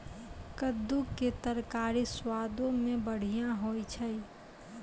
कद्दू के तरकारी स्वादो मे बढ़िया होय छै